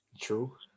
true